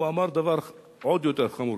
הוא אמר דבר עוד יותר חמור,